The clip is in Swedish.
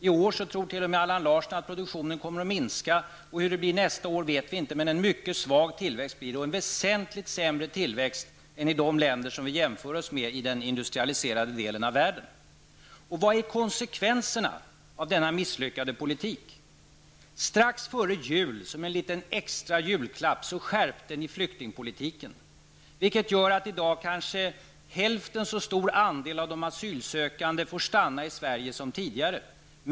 I år tror t.o.m. Allan Larsson att produktionen kommer att minska. Hur det blir nästa år vet vi inte, men en mycket svag tillväxt blir det, en väsentligt sämre tillväxt än i de länder som vi jämför oss med i den industrialiserade delen av världen. Vilka är konsekvenserna av denna misslyckade politik? Strax före jul, som en liten extra julklapp, skärpte regeringen flyktingpolitiken, vilket gör att i dag kanske bara hälften så många asylsökande som tidigare får stanna i Sverige.